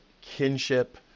kinship